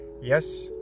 Yes